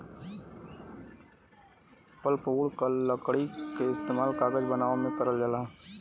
pulpwood लकड़ी क इस्तेमाल कागज बनावे में करल जाला